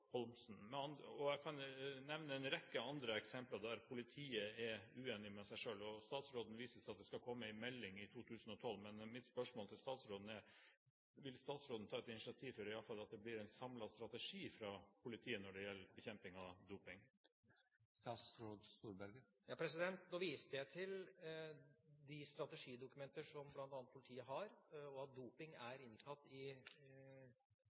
Jeg kan nevne en rekke andre eksempler der politiet er uenig med seg selv. Statsråden viser til at det skal komme en melding i 2012, og mitt spørsmål til statsråden er: Vil statsråden ta et initiativ til at det i alle fall blir en samlet strategi fra politiet når det gjelder bekjemping av doping? Nå viste jeg til de strategidokumenter som bl.a. politiet har, at doping er inntatt i arbeidet opp mot det å bekjempe narkotikakriminalitet, at det ikke er fraværende i